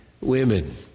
women